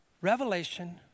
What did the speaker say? Revelation